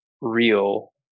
real